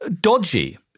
dodgy